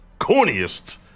corniest